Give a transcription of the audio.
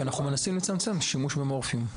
כי אנחנו מנסים לצמצם שימוש במורפיום.